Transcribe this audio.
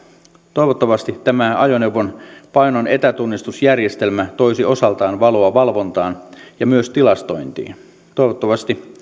toivottavasti tämä ajoneuvon painon etätunnistusjärjestelmä toisi osaltaan valoa valvontaan ja myös tilastointiin toivottavasti